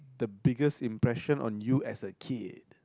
the biggest impression on you as a kid